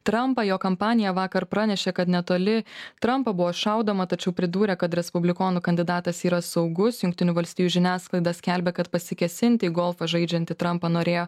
trampą jo kampanija vakar pranešė kad netoli trampą buvo šaudoma tačiau pridūrė kad respublikonų kandidatas yra saugus jungtinių valstijų žiniasklaida skelbia kad pasikėsinti į golfą žaidžiantį trampą norėjo